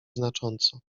znacząco